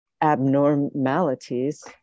abnormalities